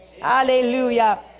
hallelujah